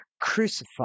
crucified